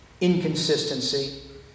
inconsistency